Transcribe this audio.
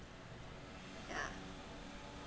yeah